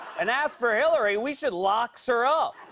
and as for hillary, we should lox her up.